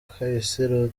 kahise